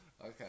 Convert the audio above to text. Okay